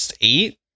eight